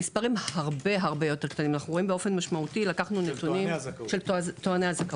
המספרים הרבה יותר קטנים של טועני הזכאות,